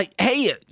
Hey